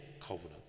covenant